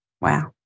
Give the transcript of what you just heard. wow